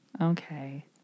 Okay